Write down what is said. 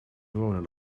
wonen